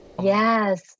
Yes